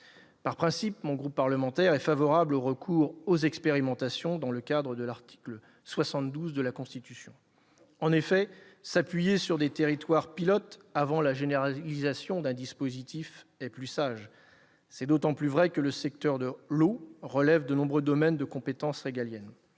Par principe, mon groupe parlementaire est favorable au recours aux expérimentations dans le cadre de l'article 72 de la Constitution. En effet, s'appuyer sur des territoires pilotes avant la généralisation d'un dispositif est plus sage, tout particulièrement dans un secteur, celui de l'eau, qui relève de nombreux domaines de compétences régaliennes.